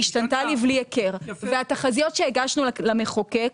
השתנתה לבלי הכר והתחזיות שהגשנו למחוקק